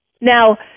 Now